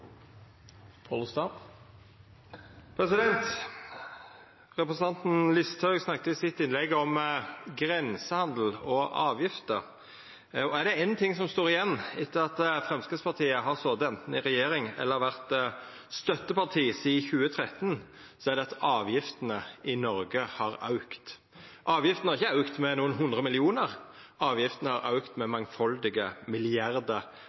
det éin ting som står igjen etter at Framstegspartiet sidan 2013 anten har sete i regjering eller vore støtteparti, er det at avgiftene i Noreg har auka. Avgiftene har ikkje auka med nokre hundre millionar. Avgiftene har auka med mangfaldige milliardar